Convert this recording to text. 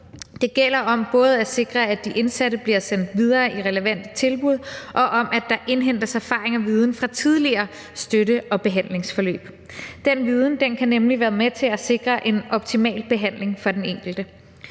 Det gælder om både at sikre, at de indsatte bliver sendt videre i relevante tilbud, og om, at der indhentes erfaring og viden fra tidligere støtte- og behandlingsforløb. Den viden kan nemlig være med til at sikre en optimal behandling for den enkelte.